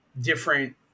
different